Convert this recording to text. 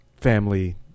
family